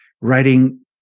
writing